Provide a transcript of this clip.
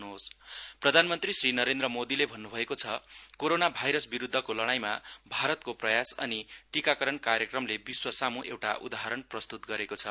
मन की बात प्रधानमन्त्री श्री नरेन्द्र मोदीले भन्नुभएको छ कोरोना भाइरस विरुद्धको लडाइमा भारत को प्रयास अनि टीकाकरण कार्यक्रमले विश्व सामु एउटा उदाहरण प्रस्ततुत गरेको छ